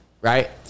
right